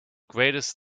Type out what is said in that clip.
greatest